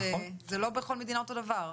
זה לא בכל מדינה אותו דבר.